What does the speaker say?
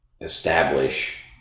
establish